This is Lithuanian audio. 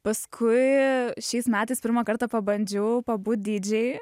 paskui šiais metais pirmą kartą pabandžiau pabūt dydžiai